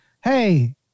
hey